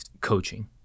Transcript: coaching